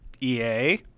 EA